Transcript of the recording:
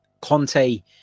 Conte